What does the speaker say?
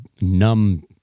numb